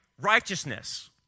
Righteousness